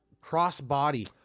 cross-body